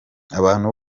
abantu